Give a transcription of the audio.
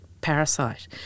parasite